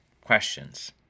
questions